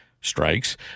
strikes